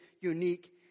unique